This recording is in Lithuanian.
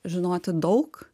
žinoti daug